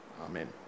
Amen